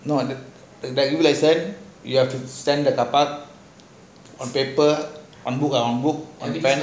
no ah like you have to sign the carpark the paper on book on pen